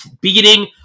beating—